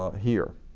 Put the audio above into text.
here.